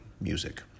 music